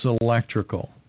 electrical